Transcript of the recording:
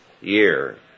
year